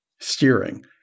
steering